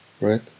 right